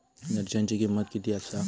मिरच्यांची किंमत किती आसा?